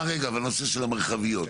והנושא של מרחביות,